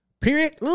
period